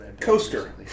Coaster